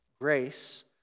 grace